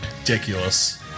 Ridiculous